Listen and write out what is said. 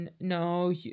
no